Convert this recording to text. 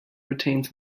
retains